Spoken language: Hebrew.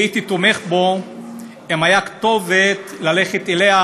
הייתי תומך בו אם הייתה כתובת ללכת אליה,